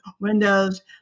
Windows